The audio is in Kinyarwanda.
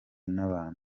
n’abantu